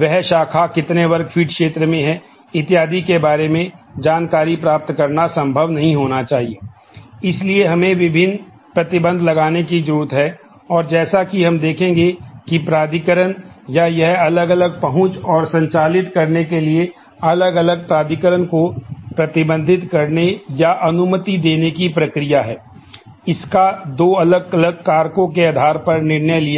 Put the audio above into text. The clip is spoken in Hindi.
वह शाखा कितने वर्ग फीट क्षेत्र में है इत्यादि के बारे में जानकारी प्राप्त करना संभव नहीं होना चाहिए इसलिए हमें विभिन्न प्रतिबंध लगाने की जरूरत है और जैसा कि हम देखेंगे कि प्राधिकरण या यह अलग अलग पहुंच और संचालित करने के लिए अलग अलग प्राधिकरण को प्रतिबंधित करने या अनुमति देने की प्रक्रिया है इसका दो अलग अलग कारकों के आधार पर निर्णय लिया गया